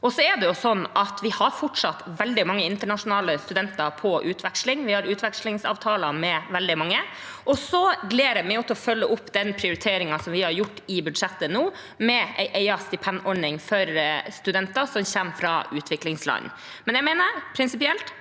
har veldig mange internasjonale studenter på utveksling. Vi har utvekslingsavtaler med veldig mange. Jeg gleder meg til å følge opp den prioriteringen som vi har gjort i budsjettet nå, med en egen stipendordning for studenter som kommer fra utviklingsland.